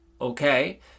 okay